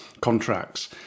contracts